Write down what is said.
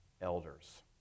elders